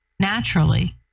naturally